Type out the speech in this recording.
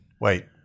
Wait